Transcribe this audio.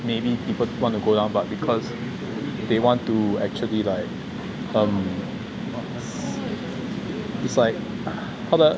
maybe people want to go down but because they want to actually like um it's like how do I